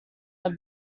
are